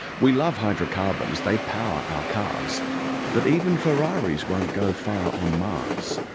we love hydrocarbons, they power our cars but even ferraris won't go far on mars.